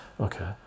Okay